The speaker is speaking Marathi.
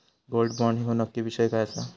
गोल्ड बॉण्ड ह्यो नक्की विषय काय आसा?